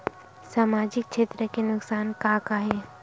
सामाजिक क्षेत्र के नुकसान का का हे?